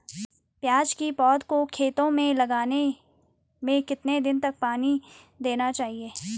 प्याज़ की पौध को खेतों में लगाने में कितने दिन तक पानी देना चाहिए?